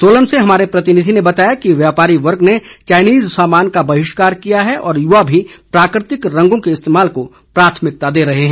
सोलन से हमारे प्रतिनिधि ने बताया है कि व्यापारी वर्ग ने चाईनिज सामान का बहिष्कार किया है और युवा भी प्राकृतिक रंगों के इस्तेमाल को प्राथमिकता दे रहे है